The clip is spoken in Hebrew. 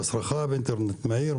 אינטרנט מהיר,